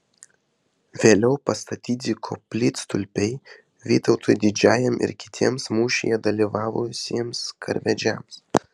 vėliau pastatyti koplytstulpiai vytautui didžiajam ir kitiems mūšyje dalyvavusiems karvedžiams